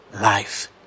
life